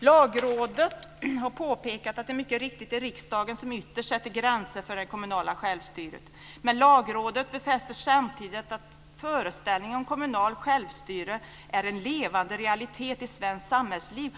Lagrådet har påpekat att det mycket riktigt är riksdagen som ytterst sätter gränser för det kommunala självstyret. Lagrådet befäster samtidigt att föreställningen om kommunalt självstyre är en levande realitet i svenskt samhällsliv.